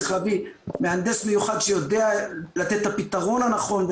צריך להביא מהנדס מיוחד שיודע לתת את הפתרון הנכון,